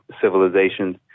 civilizations